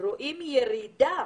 רואים ירידה